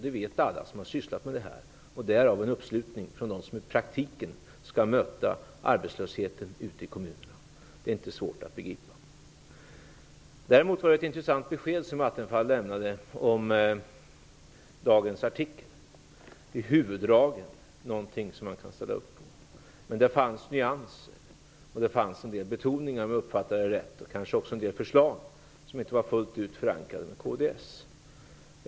Det vet alla som har sysslat med det här. Därav blir det en uppslutning från dem som i praktiken skall möta arbetslösheten ute i kommunerna. Det är inte svårt att begripa. Däremot var det ett intressant besked som Attefall lämnade om dagens DN-artikel. Han sade att kds kan ställa upp på huvuddragen i den. Men det fanns nyanser och en del betoningar i den, om jag uppfattade det rätt, och kanske en del förslag, som inte var fullt ut förankrade i kds.